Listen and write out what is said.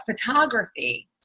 photography